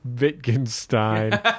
Wittgenstein